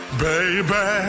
baby